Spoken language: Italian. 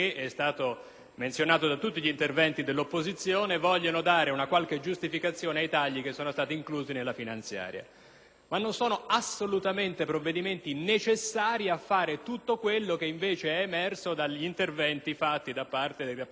sottolineato in tutti gli interventi dell'opposizione - si vuole dare una qualche giustificazione ai tagli che sono stati inclusi nella finanziaria, ma non sono assolutamente provvedimenti necessari a fare tutto quello che, invece, è emerso dagli interventi dei rappresentanti